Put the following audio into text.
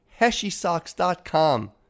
Heshysocks.com